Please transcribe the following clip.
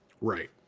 Right